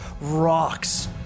rocks